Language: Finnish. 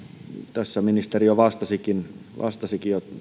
tässä ministeri jo vastasikin vastasikin